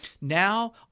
now